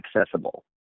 accessible